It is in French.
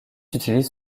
utilise